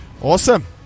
Awesome